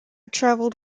traveled